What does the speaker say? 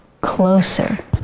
closer